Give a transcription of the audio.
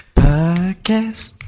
podcast